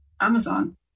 Amazon